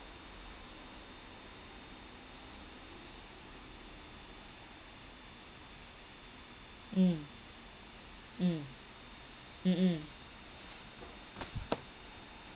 mm mm mm mm